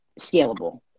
scalable